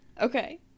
Okay